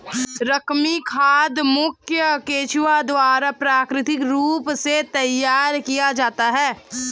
कृमि खाद मुखयतः केंचुआ द्वारा प्राकृतिक रूप से तैयार किया जाता है